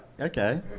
okay